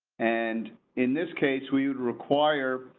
and in this case, we would require.